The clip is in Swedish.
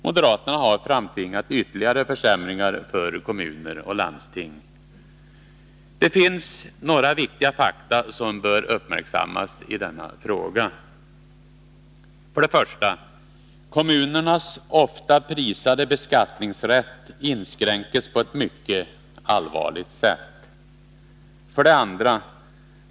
Moderaterna har framtvingat ytterligare försämringar för kommuner och landsting. Det finns några viktiga fakta som bör uppmärksammas i denna fråga. 1. Kommunernas ofta prisade beskattningsrätt inskränks på ett mycket allvarligt sätt. 2.